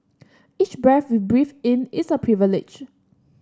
each breath we breathe in is a privilege